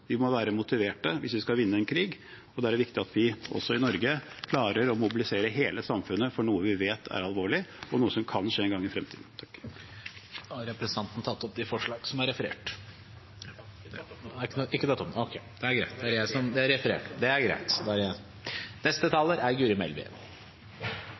Vi må være motiverte hvis vi skal vinne en krig. Da er det viktig at vi også i Norge klarer å mobilisere hele samfunnet for noe vi vet er alvorlig, og noe som kan skje en gang i fremtiden. Jeg vil starte med å takke komiteen og saksordføreren for en rask behandling av våre to representantforslag. Jeg er glad for at vi kunne bruke disse forslagene som